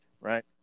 right